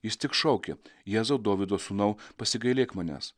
jis tik šaukė jėzau dovydo sūnau pasigailėk manęs